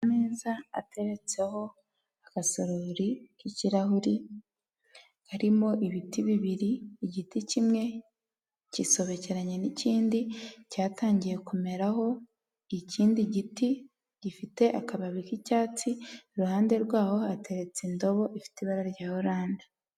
Ameza ateretseho agasorori k'ikirahuri karimo ibiti bibiri, igiti kimwe cyisobekeranye n'ikindi cyatangiye kumeraho ikindi giti gifite akababi k'icyatsi, iruhande rwaho hateretse indobo ifite ibara rya orange.